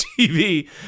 TV